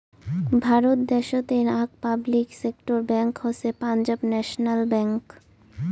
ভারত দ্যাশোতের আক public sector bank হসে পাঞ্জাব ন্যাশনাল ব্যাঙ্ক